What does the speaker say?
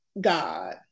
God